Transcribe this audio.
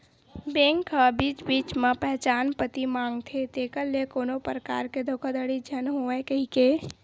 bank ह बीच बीच म पहचान पती मांगथे जेखर ले कोनो परकार के धोखाघड़ी झन होवय कहिके